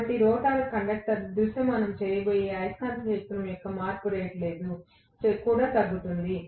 కాబట్టి rotor conductor దృశ్యమానం చేయబోయే అయస్కాంత క్షేత్రం యొక్క మార్పు రేటు కూడా తగ్గుతుంది